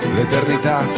L'eternità